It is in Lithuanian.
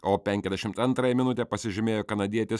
o penkiasdešimt antrąją minutę pasižymėjo kanadietis